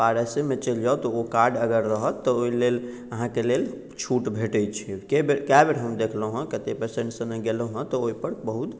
पारसेमे चलि जाउ तऽ ओ कार्ड अगर रहत तऽ ओहि लेल अहाँकेँ लेल छूट भेटैत छै कए बेर कए बेर हम देखलहुँ हँ कते पेसेंट सङ्गे गेलहुँ हँ तऽ ओहि पर बहुत